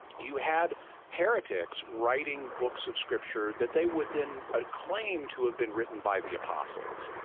you had heretics writing books of scripture that they would then ah claim to have been written by the apostles.